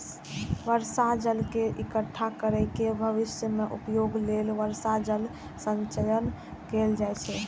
बर्षा जल के इकट्ठा कैर के भविष्य मे उपयोग लेल वर्षा जल संचयन कैल जाइ छै